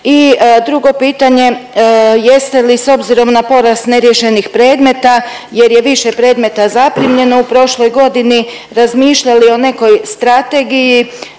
drugo pitanje, jeste li s obzirom na porast neriješenih predmeta jer je više predmeta zaprimljeno u prošloj godini razmišljali o nekoj strategiji